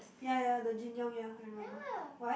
ya ya the Jin-Young yeah I remember why